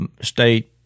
state